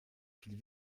viel